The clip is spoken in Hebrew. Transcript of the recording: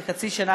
כי חצי שנה,